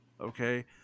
okay